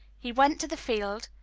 he went to the field,